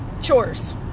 Chores